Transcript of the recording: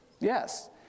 Yes